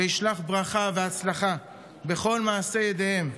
וישלח ברכה והצלחה בכל מעשה ידיהם.